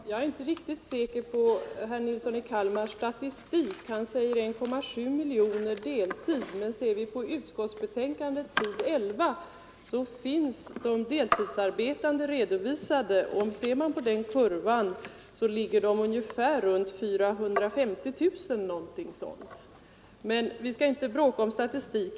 Herr talman! Jag är inte fullt säker på att herr Nilssons i Kalmar statistik är riktig. Han talar om 1,7 miljoner människor i deltidssysselsättning, men enligt den kurva som finns på s. 11 i utskottsbetänkandet, där de deltidsarbetande finns redovisade, ligger siffran vid ungefär 800 000. — Men vi kanske inte skall bråka om statistik.